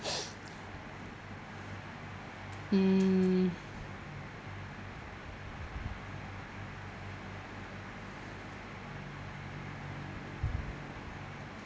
mm